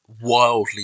wildly